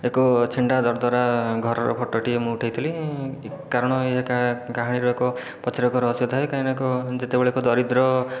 ଏକ ଛିଣ୍ଡା ଦରଦରା ଘରର ଫଟୋଟିଏ ମୁଁ ଉଠାଇଥିଲି କାରଣ ଏହା କାହାଣୀର ଏକ ପଛରେ ଏକ ରହସ୍ୟ ଥାଏ କାହିଁନା ଏକ ଯେତେବେଳେ ଏକ ଦରିଦ୍ର